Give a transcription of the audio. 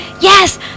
yes